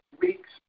weeks